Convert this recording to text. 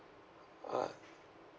uh